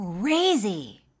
crazy